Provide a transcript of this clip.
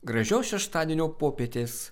gražios šeštadienio popietės